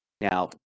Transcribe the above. Now